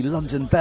London